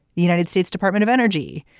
the united states department of energy,